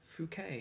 Phuket